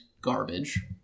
Garbage